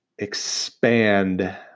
expand